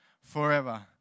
forever